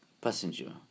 passenger